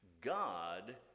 God